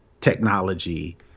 technology